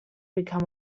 became